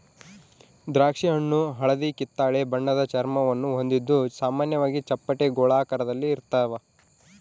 ದ್ರಾಕ್ಷಿಹಣ್ಣು ಹಳದಿಕಿತ್ತಳೆ ಬಣ್ಣದ ಚರ್ಮವನ್ನು ಹೊಂದಿದ್ದು ಸಾಮಾನ್ಯವಾಗಿ ಚಪ್ಪಟೆ ಗೋಳಾಕಾರದಲ್ಲಿರ್ತಾವ